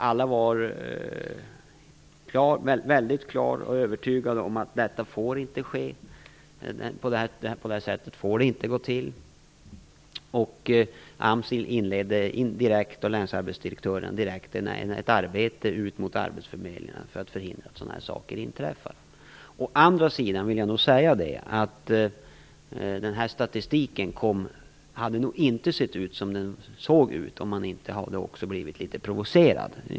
Alla var övertygade om att något sådant inte får ske och att det inte får gå till på det sättet. AMS och länsarbetsdirektörerna inledde direkt ett arbete ut mot arbetsförmedlingarna för att förhindra att sådana saker inträffar. Å andra sidan vill jag säga att statistiken inte hade sett ut som den såg ut om man inte också hade blivit litet provocerad.